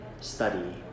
study